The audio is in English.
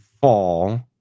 fall